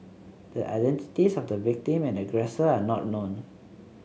the identities of the victim and aggressor are not known